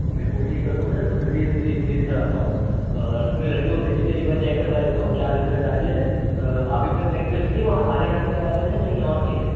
मैं कोशिश करूंगा सर उसको जल्दी से जल्दी पेश करा पाऊँ और अपने लड़के को भेज कर एक बार चेक करवा लेता हूँ क्या दिक्कत आ रही है सर आप एक बार चेक कर लीजिए वो हमारे यहाँ कि चावल है कहीं और के है